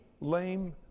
lame